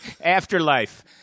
afterlife